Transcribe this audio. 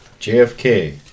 JFK